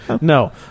No